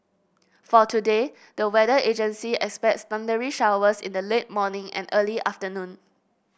for today the weather agency expects thundery showers in the late morning and early afternoon